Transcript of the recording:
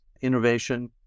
innovation